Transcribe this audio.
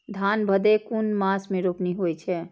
धान भदेय कुन मास में रोपनी होय छै?